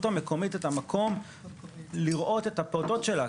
המקומית את המקום לראות את הפעוטות שלה,